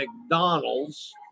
McDonald's